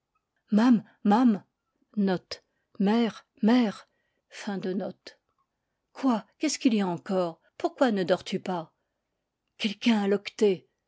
mamm mamm quoi qu'est-ce qu'il y a encore ppourquoi ne dors tu pas quelqu'un a loqueté